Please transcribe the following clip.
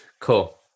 cool